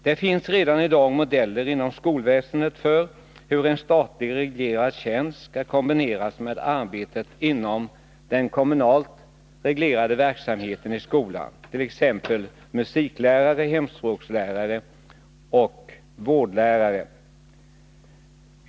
Det finns redan i dag inom skolväsendet modeller för hur en statligt reglerad tjänst kan kombineras med arbete inom den kommunalt reglerade verksamheten i skolan, exempelvis musiklärare, hemspråkslärare och vårdlärare.